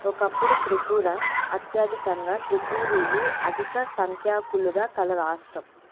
ఒకప్పుడు త్రిపుర అత్యాధికంగా త్రిపూరీలు అధిక సంఖ్యాకులుగా కల రాష్ట్రం